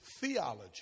theology